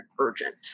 urgent